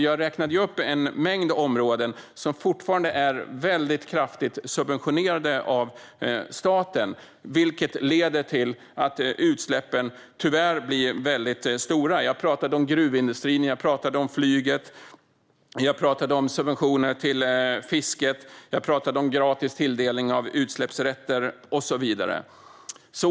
Jag räknade upp en mängd områden som fortfarande är kraftigt subventionerade av staten, vilket tyvärr leder till att utsläppen blir väldigt stora - jag talade om gruvindustrin, om flyget, om subventioner till fisket, om gratis tilldelning av utsläppsrätter och så vidare.